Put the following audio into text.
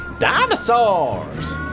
dinosaurs